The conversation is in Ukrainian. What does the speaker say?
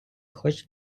хоч